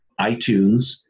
iTunes